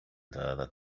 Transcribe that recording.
that